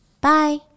Bye